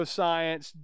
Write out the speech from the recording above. science